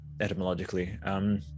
etymologically